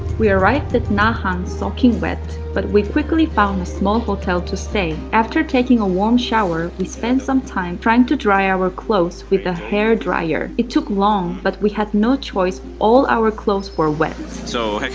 we arrived at na hang soaking wet, but we quickly found a small hotel to stay. after taking a warm shower, we spent some time trying to dry our clothes with the hair drier. it took long, but we had no choice, all our clothes were wet. so,